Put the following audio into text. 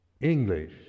English